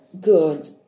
good